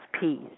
peace